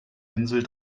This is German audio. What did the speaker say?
insel